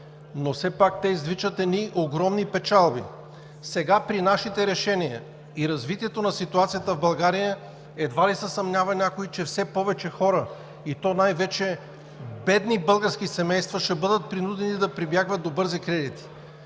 но все пак те извличат едни огромни печалби. Сега, при нашите решения и развитието на ситуацията в България едва ли някой се съмнява, че все повече хора, и то най-вече бедни български семейства, ще бъдат принудени да прибягват до бързи кредити.